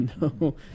No